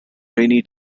rainy